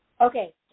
Okay